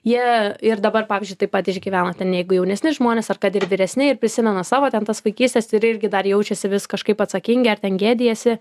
jie ir dabar pavyzdžiui taip pat išgyvena ten jeigu jaunesni žmonės ar kad ir vyresni ir prisimena savo ten tas vaikystės ir irgi dar jaučiasi vis kažkaip atsakingi ar ten gėdijasi